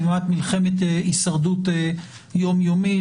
זו מלחמת הישרדות יום-יומית.